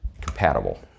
Compatible